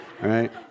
right